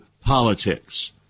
politics